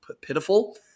pitiful